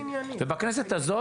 ובכנסת הזאת